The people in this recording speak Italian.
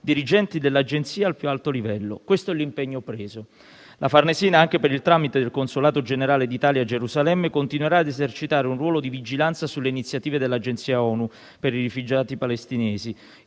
dirigenti dell'Agenzia al più alto livello. Questo è l'impegno preso. La Farnesina, anche per il tramite del Consolato generale d'Italia a Gerusalemme, continuerà ad esercitare un ruolo di vigilanza sulle iniziative dell'Agenzia ONU per i rifugiati palestinesi,